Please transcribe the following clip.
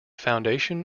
foundation